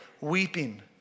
weeping